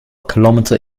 kilometre